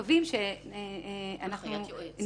הנחיית יועץ.